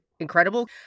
Incredible